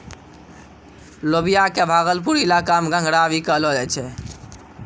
लोबिया कॅ भागलपुर इलाका मॅ घंघरा भी कहलो जाय छै